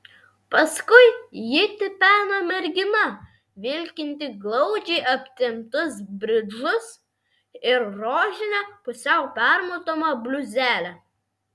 paskui jį tipeno mergina vilkinti glaudžiai aptemptus bridžus ir rožinę pusiau permatomą bliuzelę